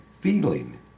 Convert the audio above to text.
feeling